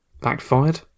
backfired